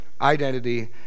identity